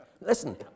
Listen